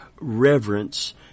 reverence